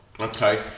Okay